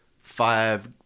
five